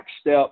step